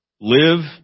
live